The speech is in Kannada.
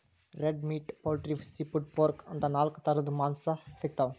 red meat, poultry, seafood, pork ಅಂತಾ ನಾಲ್ಕ್ ಥರದ್ ಮಾಂಸಾ ಸಿಗ್ತವ್